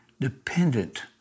dependent